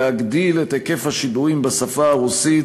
להגדיל את היקף השידורים בשפה הרוסית